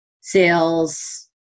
sales